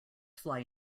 fly